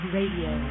Radio